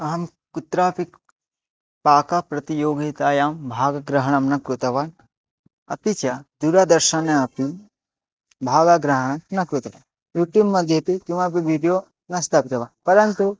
अहं कुत्रापि पाकप्रतियोगितायां भागग्रहणं न कृतवान् अपि च दूरदर्शनेअपि भागग्रहणं न कृतवान् युट्यूब्मध्येपि किमपि वीदियो न स्थपितवान् परन्तु